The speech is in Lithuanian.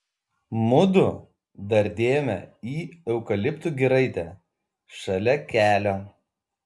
mudu dardėjome į eukaliptų giraitę šalia kelio